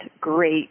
great